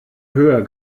höher